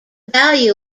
value